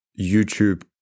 youtube